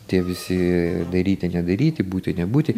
tie visi daryti nedaryti būti nebūti